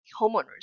homeowners